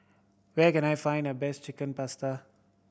where can I find the best Chicken Pasta